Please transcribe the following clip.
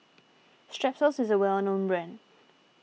Strepsils is a well known brand